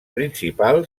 principal